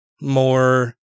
more